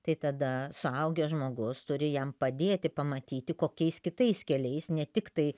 tai tada suaugęs žmogus turi jam padėti pamatyti kokiais kitais keliais ne tiktai